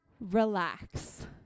relax